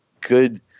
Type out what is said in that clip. good